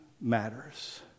matters